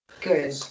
Good